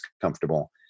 comfortable